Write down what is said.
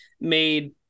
Made